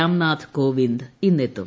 Ramnath Kovind ഇന്നെത്തും